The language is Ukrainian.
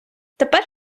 тепер